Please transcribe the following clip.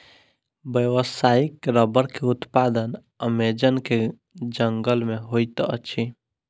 व्यावसायिक रबड़ के उत्पादन अमेज़न के जंगल में होइत अछि